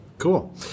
Cool